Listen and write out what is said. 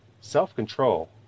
Self-control